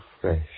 fresh